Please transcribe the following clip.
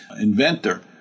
inventor